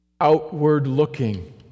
outward-looking